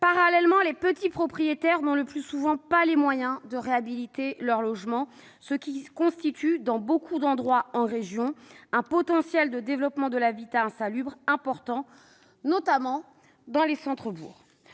Parallèlement, les petits propriétaires n'ont le plus souvent pas les moyens de réhabiliter leur logement, ce qui constitue dans beaucoup d'endroits en région un potentiel de développement de l'habitat insalubre important, notamment dans les centres-bourgs.